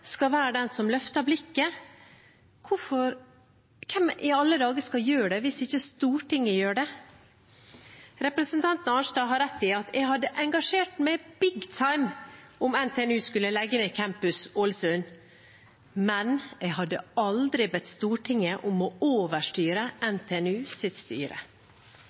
skal være den som løfter blikket. Hvem i alle dager skal gjøre det, hvis ikke Stortinget gjør det? Representanten Arnstad har rett i at jeg hadde engasjert meg «big time» om NTNU skulle legge ned campus Ålesund, men jeg hadde aldri bedt Stortinget om å overstyre NTNUs styre.